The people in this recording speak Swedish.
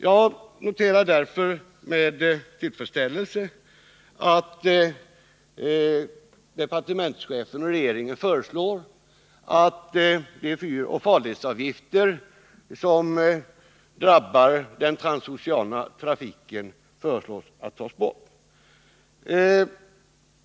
Jag noterar därför med tillfredsställelse att regeringen föreslår att de fyroch farledsvaruavgifter som drabbar den transoceana trafiken skall tas bort.